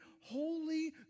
holy